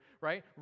right